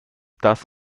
das